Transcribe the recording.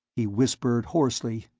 he whispered hoarsely,